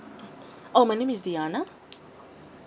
oh my name is diana